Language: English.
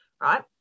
right